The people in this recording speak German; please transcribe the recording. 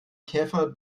käfer